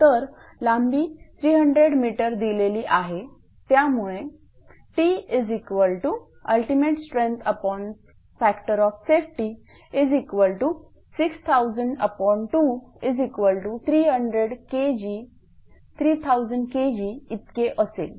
तर लांबी 300 m दिलेली आहे त्यामुळे Tultimate strengthfactor of safety600023000 Kg इतके असेल